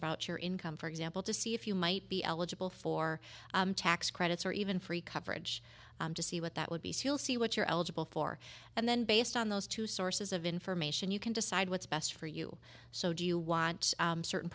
about your income for example to see if you might be eligible for tax credits or even free coverage to see what that would be still see what you're eligible for and then based on those two sources of information you can decide what's best for you so do you want certain